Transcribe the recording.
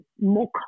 more